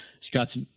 Scott's